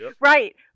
right